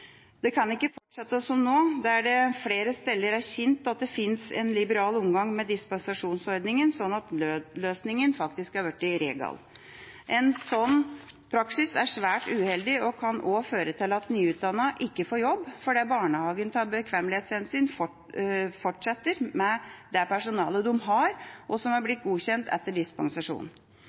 Det kan ikke fortsette som nå, at det flere steder er kjent at det finnes en liberal omgang med dispensasjonsordningen, slik at nødløsningen er blitt regelen. En slik praksis er svært uheldig og kan også føre til at nyutdannede ikke får jobb – fordi barnehagene av bekvemmelighetshensyn fortsetter med det personalet de har, og som